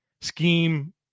scheme